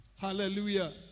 Hallelujah